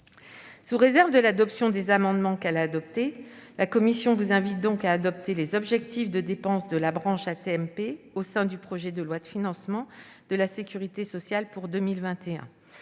Sous réserve de l'adoption des amendements que je présenterai au nom de la commission, celle-ci vous invitera à adopter les objectifs de dépenses de la branche AT-MP, au sein du projet de loi de financement de la sécurité sociale pour 2021.